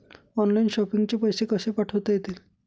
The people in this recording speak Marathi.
ऑनलाइन शॉपिंग चे पैसे कसे पाठवता येतील?